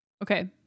Okay